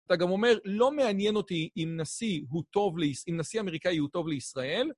אתה גם אומר, לא מעניין אותי אם נשיא אמריקאי הוא טוב לישראל.